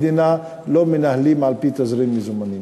מדינה לא מנהלים על-פי תזרים מזומנים.